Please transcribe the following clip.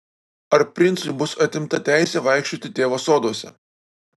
ar princui bus atimta teisė vaikščioti tėvo soduose